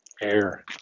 air